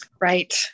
Right